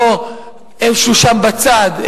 לא איפשהו שם בצד,